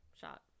shot